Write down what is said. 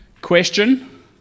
Question